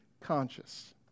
conscious